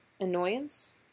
Annoyance